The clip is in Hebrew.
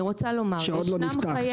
שעוד לא נפתח,